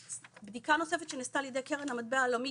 בדיקה נוספת שנעשתה על ידי קרן המטבע העולמית,